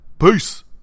Peace